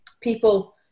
people